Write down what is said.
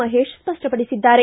ಮಹೇಶ್ ಸ್ಪಷ್ಟಪಡಿಸಿದ್ದಾರೆ